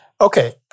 Okay